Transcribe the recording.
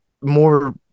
more